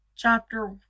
Chapter